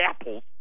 apples